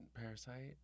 Parasite